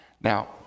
Now